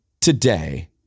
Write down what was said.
today